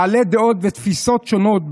בעלי דעות ותפיסות שונות,